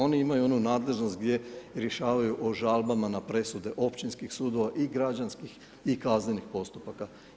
Oni imaju onu nadležnost gdje rješavaju o žalbama na presude općinskih sudova i građanskih i kaznenih postupaka.